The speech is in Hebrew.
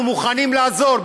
אנחנו מוכנים לעזור,